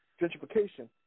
gentrification